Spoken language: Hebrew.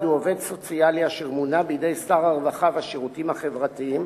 עובד סוציאלי אשר מונה בידי שר הרווחה והשירותים החברתיים